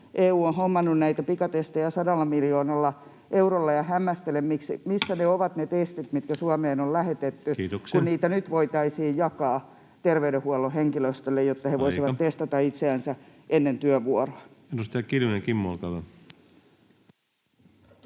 EU on hommannut näitä pikatestejä 100 miljoonalla eurolla, ja hämmästelen, missä ovat ne testit, mitkä Suomeen on lähetetty, [Puhemies: Kiitoksia!] kun niitä nyt voitaisiin jakaa terveydenhuollon henkilöstölle, [Puhemies: Aika!] jotta he voisivat testata itseänsä ennen työvuoroa. Edustaja Kiljunen, Kimmo, olkaa